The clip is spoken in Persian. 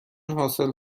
حاصل